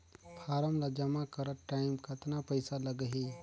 Form ला जमा करत टाइम कतना पइसा लगही?